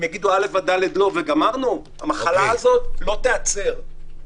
המחלה הזאת לא תיעצר.